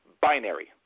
Binary